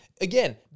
Again